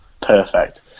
perfect